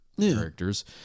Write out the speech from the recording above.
characters